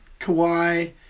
Kawhi